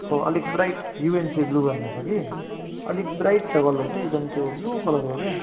हो अलिक ब्राइट युएनसी ब्लू भन्ने छ कि अलिक ब्राइट छ कलर चाहिँ एकदम त्यो ब्लू कलरको क्या